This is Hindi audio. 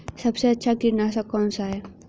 सबसे अच्छा कीटनाशक कौन सा है?